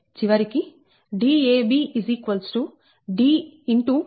d212 అవుతుంది